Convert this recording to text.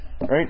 right